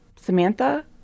Samantha